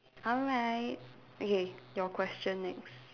alright okay your question next